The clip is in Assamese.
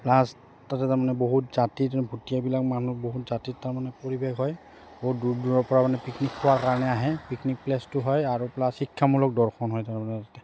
প্লাছ তাতে তাৰমানে বহুত জাতিৰ ভুটীয়াবিলাক মানুহ বহুত জাতিৰ তাৰমানে পৰিৱেশ হয় বহুত দূৰ দূৰৰপৰা মানে পিকনিক খোৱাৰ কাৰণে আহে পিকনিক প্লেচটো হয় আৰু প্লাছ শিক্ষামূলক দৰ্শন হয় তাৰমানে তাতে